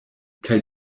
kaj